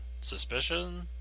Suspicion